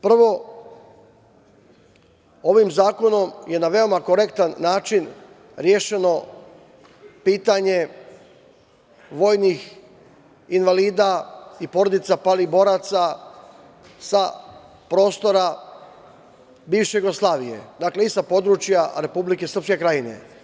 Prvo, ovim zakonom je na veoma korektan način rešeno pitanje vojnih invalida i porodica palih boraca sa prostora bivše Jugoslavije, dakle, i sa područja Republike Srpske Krajine.